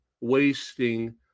wasting